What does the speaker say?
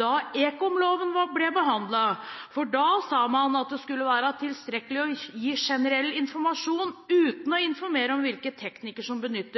da ekomloven ble behandlet. Da sa man at det skulle være tilstrekkelig å gi generell informasjon uten å informere om hvilke teknikker som benyttes,